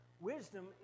wisdom